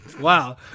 wow